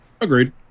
Agreed